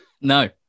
No